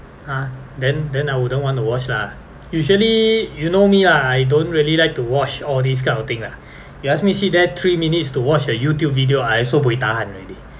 !huh! then then I wouldn't want to watch lah usually you know me lah I don't really like to watch all these kind of thing lah you ask me sit there three minutes to watch a youtube video I so buay tahan already